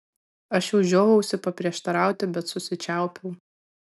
aš jau žiojausi paprieštarauti bet susičiaupiau